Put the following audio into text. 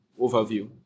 overview